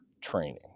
training